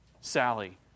Sally